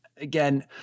again